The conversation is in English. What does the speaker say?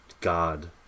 God